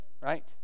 right